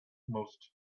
most